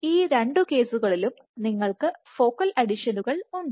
ഈ രണ്ട് കേസുകളിലും നിങ്ങൾക്ക് ഫോക്കൽ അഡിഷനുകൾ ഉണ്ട്